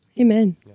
Amen